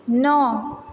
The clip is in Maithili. नओ